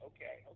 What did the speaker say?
Okay